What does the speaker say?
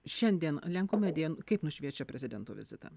šiandien a lenkų medija kaip nušviečia prezidento vizitą